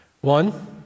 One